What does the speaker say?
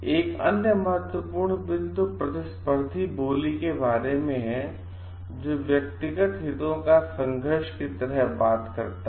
एक अन्य महत्वपूर्ण बिंदु प्रतिस्पर्धी बोली के बारे में है जो व्यक्तिगत हितों का संघर्ष की तरह बात करता है